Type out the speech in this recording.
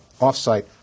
off-site